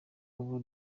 ubu